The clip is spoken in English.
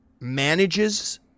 manages